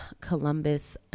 Columbus